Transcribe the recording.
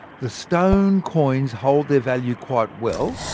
the stone coins hold their value quite well,